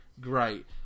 Great